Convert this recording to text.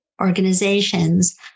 organizations